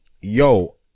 Yo